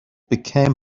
became